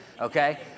okay